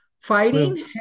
fighting